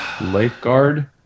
Lifeguard